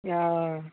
हँ